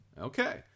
Okay